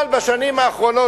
אבל בשנים האחרונות,